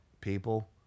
people